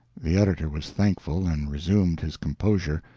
the editor was thankful, and resumed his composure.